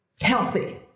healthy